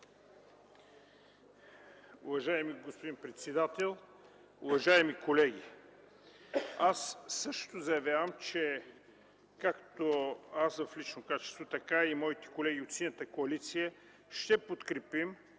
Уважаеми господин председател, уважаеми колеги! Аз също заявявам, че както в лично качество, така и моите колеги от Синята коалиция ще подкрепим